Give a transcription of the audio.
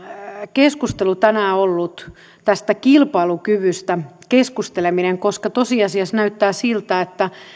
keskustelu tänään ollut tästä kilpailukyvystä keskusteleminen koska tosiasiassa näyttää siltä että